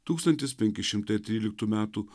tūkstantis penki šimtai tryliktų metų